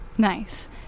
Nice